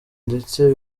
ndetse